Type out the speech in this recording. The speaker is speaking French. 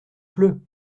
pleut